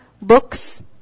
books